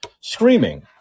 Screaming